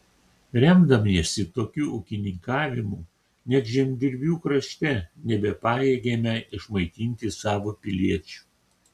remdamiesi tokiu ūkininkavimu net žemdirbių krašte nebepajėgėme išmaitinti savo piliečių